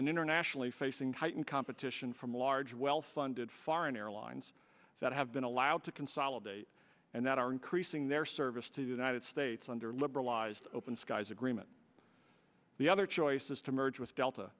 and internationally facing heightened competition from a large well funded foreign airlines that have been allowed to consolidate and that are increasing their service to the united states under liberalized open skies agreement the other choice is to merge with delta